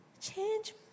change